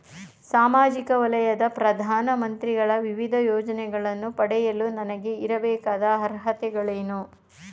ಸಾಮಾಜಿಕ ವಲಯದ ಪ್ರಧಾನ ಮಂತ್ರಿಗಳ ವಿವಿಧ ಯೋಜನೆಗಳನ್ನು ಪಡೆಯಲು ನನಗೆ ಇರಬೇಕಾದ ಅರ್ಹತೆಗಳೇನು?